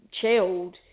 chilled